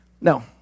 No